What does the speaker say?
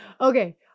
Okay